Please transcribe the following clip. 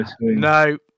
no